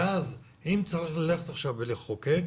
ואז אם צריך ללכת עכשיו ולחוקק,